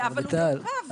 אבל הוא מעוכב.